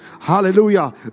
Hallelujah